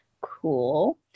cool